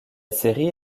série